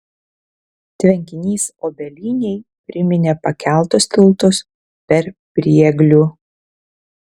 tvenkinys obelynėj priminė pakeltus tiltus per prieglių